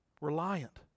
reliant